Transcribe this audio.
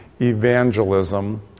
evangelism